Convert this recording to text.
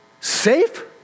Safe